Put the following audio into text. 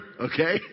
okay